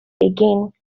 again